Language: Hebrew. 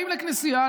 באים לכנסייה,